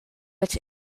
which